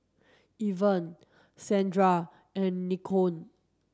Irven Saundra and Nikko